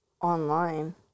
Online